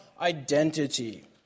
identity